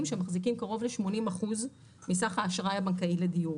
שמחזיקים קרוב ל-80 אחוז מסך האשראי הבנקאי לדיור.